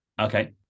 okay